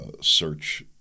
search